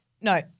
no